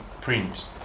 print